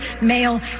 male